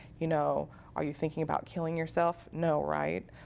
you know are you thinking about killing yourself. no. right?